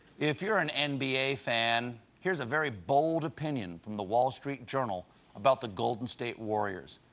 if you're an n b a. fan, here's a very bold opinion from the wall street journal about the golden state warriors.